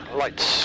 lights